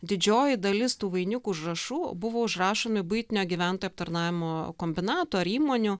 didžioji dalis tų vainikų užrašų buvo užrašomi buitinio gyventojų aptarnavimo kombinato ar įmonių